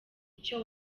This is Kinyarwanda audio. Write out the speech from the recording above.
icyo